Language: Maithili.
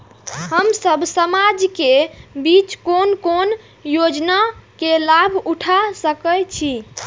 हम सब समाज के बीच कोन कोन योजना के लाभ उठा सके छी?